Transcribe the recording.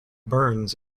burns